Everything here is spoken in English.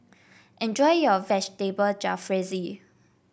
enjoy your Vegetable Jalfrezi